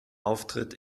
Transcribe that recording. auftritt